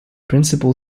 principal